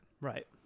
Right